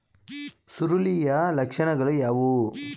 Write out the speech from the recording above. ಸುರುಳಿಯ ಲಕ್ಷಣಗಳು ಯಾವುವು?